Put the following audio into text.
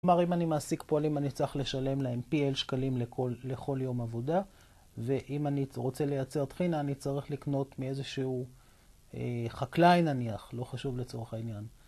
כלומר, אם אני מעסיק פועלים, אני צריך לשלם להם פי L שקלים לכל יום עבודה ואם אני רוצה לייצר טחינה, אני צריך לקנות מאיזשהו חקלאי נניח, לא חשוב לצורך העניין